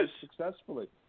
successfully